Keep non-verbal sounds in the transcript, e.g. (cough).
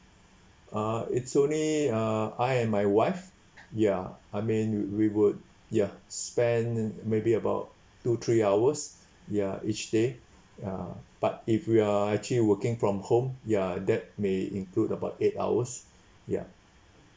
uh it's only uh I and my wife ya I mean we would ya spend in maybe about two three hours ya each day ya but if we are actually working from home ya that may include about eight hours (breath) ya